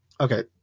Okay